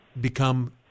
become